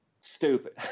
stupid